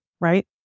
right